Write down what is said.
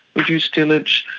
reduced tillage,